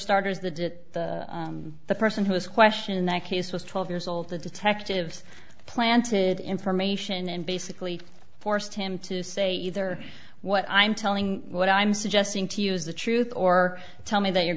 starters the did the person who is question in that case was twelve years old the detectives planted information and basically forced him to say there what i'm telling what i'm suggesting to you is the truth or tell me that your